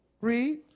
Read